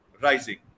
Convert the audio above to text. rising